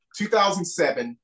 2007